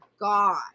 God